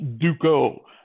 duco